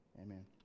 Amen